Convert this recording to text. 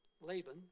Laban